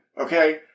okay